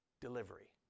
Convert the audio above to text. delivery